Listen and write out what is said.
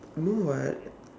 no [what]